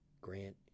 grant